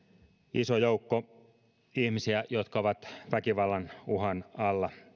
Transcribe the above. iso joukko ihmisiä jotka ovat väkivallan uhan alla